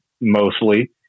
mostly